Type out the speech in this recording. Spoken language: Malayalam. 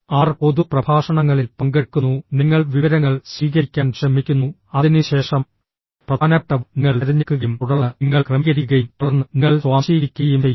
ആർ പൊതു പ്രഭാഷണങ്ങളിൽ പങ്കെടുക്കുന്നു നിങ്ങൾ വിവരങ്ങൾ സ്വീകരിക്കാൻ ശ്രമിക്കുന്നു അതിനുശേഷം പ്രധാനപ്പെട്ടവ നിങ്ങൾ തിരഞ്ഞെടുക്കുകയും തുടർന്ന് നിങ്ങൾ ക്രമീകരിക്കുകയും തുടർന്ന് നിങ്ങൾ സ്വാംശീകരിക്കുകയും ചെയ്യുന്നു